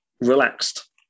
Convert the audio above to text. relaxed